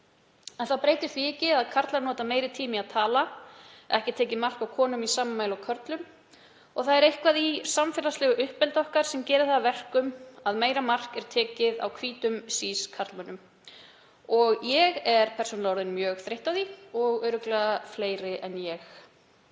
Það breytir því ekki að karlar að nota meiri tíma í að tala, að ekki er tekið mark á konum í sama mæli og körlum og það er eitthvað í samfélagslegu uppeldi okkar sem gerir það að verkum að meira mark er tekið á hvítum sískynja karlmönnum og ég er persónulega orðin mjög þreytt á því og örugglega fleiri en ég.